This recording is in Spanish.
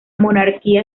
monarquía